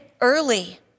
early